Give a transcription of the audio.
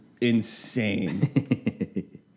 insane